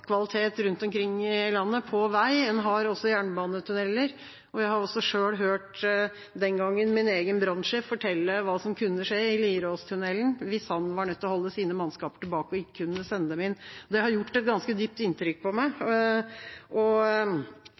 kvalitet rundt omkring i landet på vei – en har også jernbanetunneler – og jeg har også selv den gangen hørt min egen brannsjef fortelle hva som kunne skje i Lieråstunnelen hvis han var nødt til å holde sine mannskaper tilbake og ikke kunne sende dem inn. Det har gjort et ganske dypt inntrykk på meg.